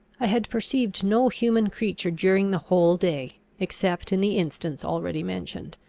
i had perceived no human creature during the whole day, except in the instance already mentioned.